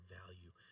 value